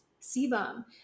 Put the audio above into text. sebum